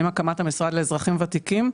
עם הקמת המשרד לאזרחים ותיקים,